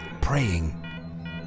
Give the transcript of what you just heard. praying